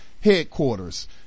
headquarters